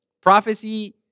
prophecy